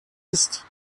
ist